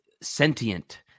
sentient